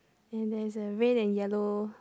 and there's a red and yellow